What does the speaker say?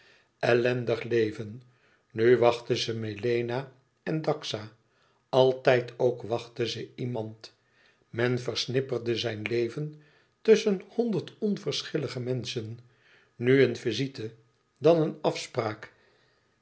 ellendig leven nu wachtte ze melena en daxa altijd ook wachtte ze iemand men versnipperde zijn leven tusschen honderd onverschillige menschen nu een visite dan een afspraak